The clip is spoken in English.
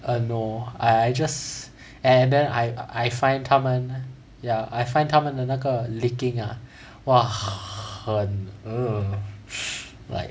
uh no I just and then I I find 他们 ya I find 他们的那个 licking ah !wah! 很 ugh like